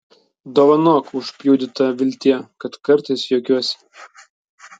dovanok užpjudyta viltie kad kartais juokiuosi